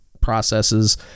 processes